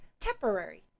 temporary